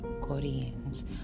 Koreans